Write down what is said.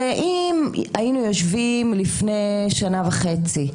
הרי אם היינו יושבים לפני שנה וחצי,